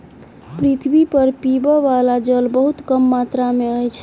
पृथ्वी पर पीबअ बला जल बहुत कम मात्रा में अछि